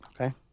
Okay